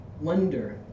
wonder